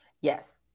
Yes